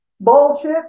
bullshit